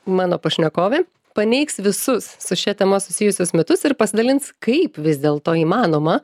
mano pašnekovė paneigs visus su šia tema susijusius mitus ir pasidalins kaip vis dėlto įmanoma